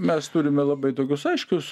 mes turime labai tokius aiškius